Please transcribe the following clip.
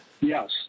Yes